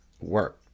work